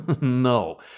No